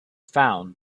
found